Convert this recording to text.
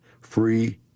free